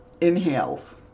inhales